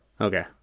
Okay